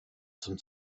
zum